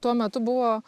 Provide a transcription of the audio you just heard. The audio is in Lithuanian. tuo metu buvo